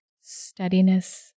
steadiness